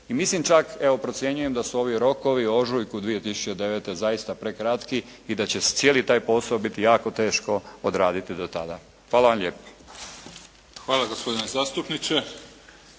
I mislim čak, evo procjenjujem da su ovi rokovi u ožujku 2009. zaista prekratki i da će cijeli taj posao biti jako teško odraditi do tada. Hvala vam lijepo. **Mimica, Neven